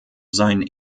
seinen